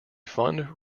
fund